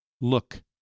Look